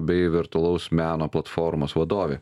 bei virtualaus meno platformos vadovė